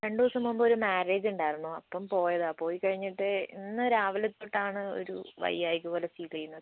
രണ്ട് ദിവസം മുമ്പ് ഒരു മാര്യേജ് ഉണ്ടായിരുന്നു അപ്പോൾ പോയതാണ് പോയിക്കഴിഞ്ഞിട്ട് ഇന്ന് രാവിലെ തൊട്ടാണ് ഒരു വയ്യായ്ക പോലെ ഫീൽ ചെയ്യുന്നത്